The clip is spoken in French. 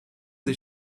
des